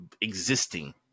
existing